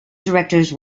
directors